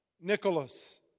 Nicholas